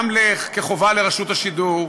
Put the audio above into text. גם כחובה לרשת השידור,